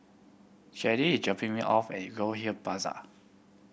Sadie is dropping me off at Goldhill Plaza